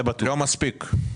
לא מספיק.